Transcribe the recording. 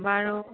বাৰু